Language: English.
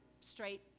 straight